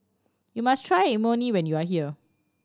you must try Imoni when you are here